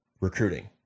recruiting